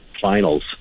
finals